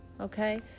okay